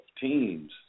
teams